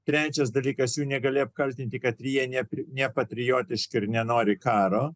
trečias dalykas jų negali apkaltinti kad jie nepatriotiški ir nenori karo